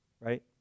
Right